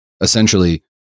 essentially